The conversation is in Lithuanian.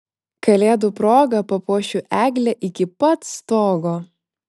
kalėdų proga papuošiu eglę iki pat stogo